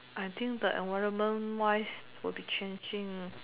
I think the environment wise will be changing